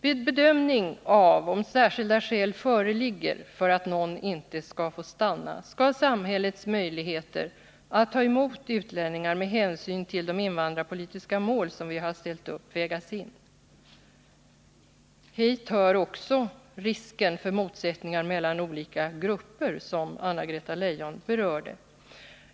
Vid bedömning av om särskilda skäl föreligger för att någon inte skall få stanna, skall samhällets möjligheter att ta emot utlänningar med hänsyn till de invandrarpolitiska mål som vi har ställt upp vägas in. Hit hör också risken för motsättningar mellan olika grupper, vilket Anna-Greta Leijon berörde.